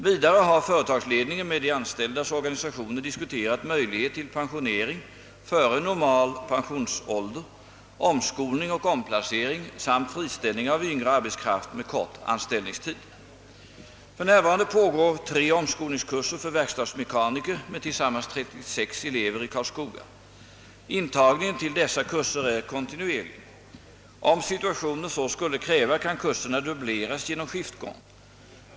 Vidare har företagsledningen med de anställdas organisationer «diskuterat möjlighet till pensionering före normal pensionsålder, omskolning och omplacering samt friställning av yngre arbetskraft med kort anställningstid. För närvarande pågår 3 omskolningskurser för verkstadsmekaniker med tillsammans 36 elever i Karlskoga. Intagningen till dessa kurser är kontinuerlig. Om situationen så skulle kräva kan kurserna dubbleras genom skiftgång.